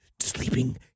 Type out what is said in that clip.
sleeping